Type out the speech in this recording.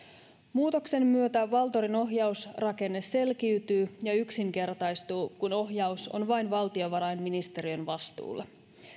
muutoksen myötä valtorin ohjausrakenne selkiytyy ja yksinkertaistuu kun ohjaus on vain valtiovarainministeriön vastuulla